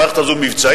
המערכת הזו מבצעית,